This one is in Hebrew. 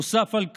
נוסף על כך,